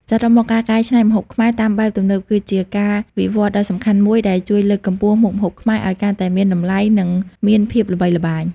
សរុបមក ការកែច្នៃម្ហូបខ្មែរតាមបែបទំនើប គឺជាការវិវត្តដ៏សំខាន់មួយដែលជួយលើកកម្ពស់មុខម្ហូបខ្មែរឲ្យកាន់តែមានតម្លៃ និងមានភាពល្បីល្បាញ។